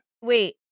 Wait